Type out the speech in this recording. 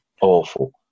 awful